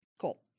Cool